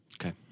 Okay